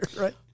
right